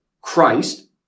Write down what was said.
Christ